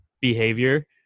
behavior